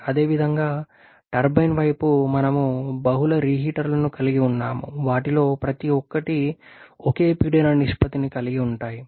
అదేవిధంగా టర్బైన్ వైపు మనం బహుళ రీహీటర్లను కలిగి ఉన్నాము వాటిలో ప్రతి ఒక్కటి ఒకే పీడన నిష్పత్తిని కలిగి ఉంటాయి